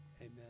Amen